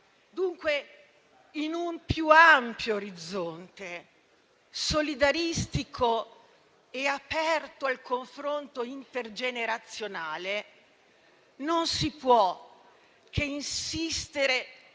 dunque in un più ampio orizzonte solidaristico e aperto al confronto intergenerazionale, non si può che insistere